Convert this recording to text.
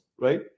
right